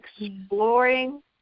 exploring